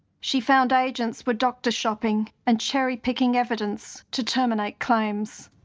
she found agents were doctor shopping and cherry-picking evidence to terminate claims.